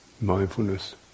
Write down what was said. mindfulness